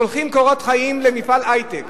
שולחים קורות חיים למפעל היי-טק